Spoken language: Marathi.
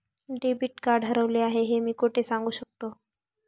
डेबिट कार्ड हरवले आहे हे मी कोठे सांगू शकतो?